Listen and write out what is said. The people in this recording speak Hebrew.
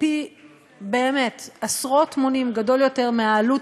היא עשרות מונים גדולה יותר מהעלות